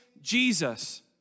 Jesus